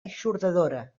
eixordadora